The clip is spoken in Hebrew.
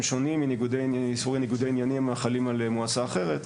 שונים מאיסורי ניגודי העניינים החלים על מועצה אחרת.